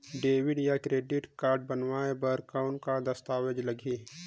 Debit या credit card बनवाय बर कौन का दस्तावेज लगही?